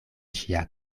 ŝia